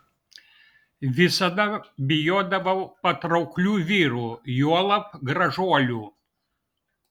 visada bijodavau patrauklių vyrų juolab gražuolių